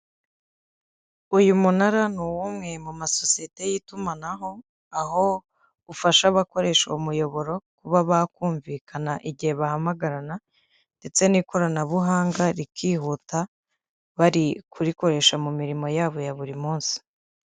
Uyu munara ni uw'umwe mu masosiyete y'itumanaho aho ufasha abakoresha umuyoboro kuba bakumvikana igihe bahamagarana ndetse n'ikoranabuhanga rikihuta bari kurikoresha mu mirimo yabo ya buri munsi.